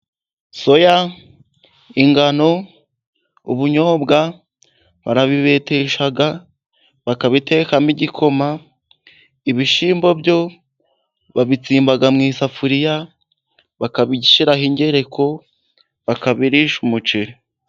Soya, ingano ,ubunyobwa, barabibetesha bakabitekamo igikoma, ibishyimbo byo babitsimba mu isafuriya bakabishyiraho ingereko bakabirisha umuceri.